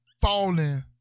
falling